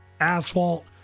asphalt